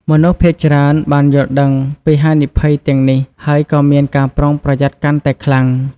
មនុស្សភាគច្រើនបានយល់ដឹងពីហានិភ័យទាំងនេះហើយក៏មានការប្រុងប្រយ័ត្នកាន់តែខ្លាំង។